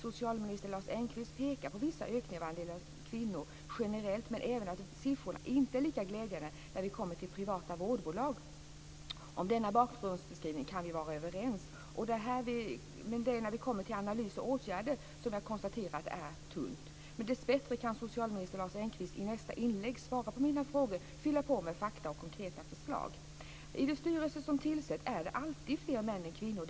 Socialminister Lars Engqvist pekar på vissa ökningar av andelen kvinnor generellt. Men han pekar även på att siffrorna inte är lika glädjande när det handlar om privata vårdbolag. Om denna bakgrundsbeskrivning kan vi vara överens. Men det är när vi kommer till analys och åtgärder som jag konstaterar att svaret är tunt. Men dessbättre kan socialminister Lars Engqvist i nästa inlägg svara på mina frågor och fylla på med fakta och konkreta förslag. I de styrelser som tillsätts är det alltid fler män än kvinnor.